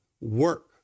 Work